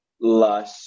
lush